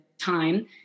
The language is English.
time